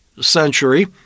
century